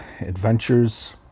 adventures